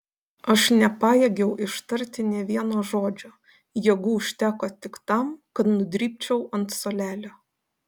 aš nepajėgiau ištarti nė vieno žodžio jėgų užteko tik tam kad nudribčiau ant suolelio